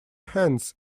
hands